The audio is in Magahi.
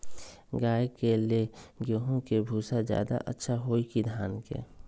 गाय के ले गेंहू के भूसा ज्यादा अच्छा होई की धान के?